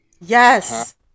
yes